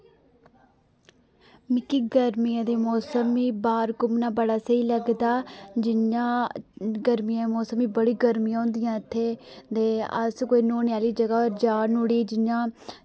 मिकी गर्मियें मौसम मी बाह्र घुम्मना बड़ा स्हेई लगदा जि'यां गर्मियें मौसम ही बड़ी गर्मियां होंदी इत्थै ते अस कोई नौह्ने आह्ली जगह् पर जान नुआढ़ी जि'यां